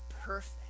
perfect